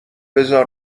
بزار